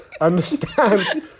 understand